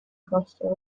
costio